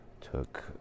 took